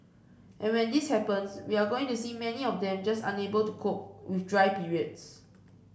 and when this happens we are going to see many of them just unable to cope with dry periods